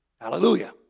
Hallelujah